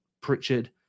Pritchard